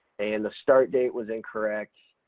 and the start date was incorrect,